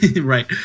right